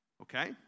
Okay